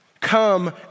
Come